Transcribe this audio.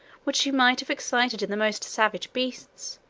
which she might have excited in the most savage breasts,